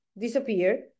disappeared